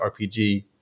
RPG